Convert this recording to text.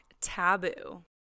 Taboo